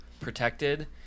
protected